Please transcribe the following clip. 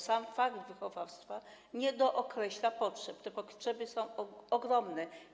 Sam fakt wychowawstwa nie dookreśla potrzeb, a te potrzeby są ogromne.